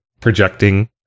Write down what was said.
projecting